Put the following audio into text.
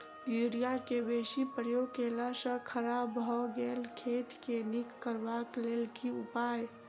Urea केँ बेसी प्रयोग केला सऽ खराब भऽ गेल खेत केँ नीक करबाक लेल की उपाय?